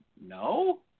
no